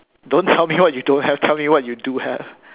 don't tell me what you don't have tell me what you do have